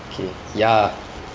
okay ya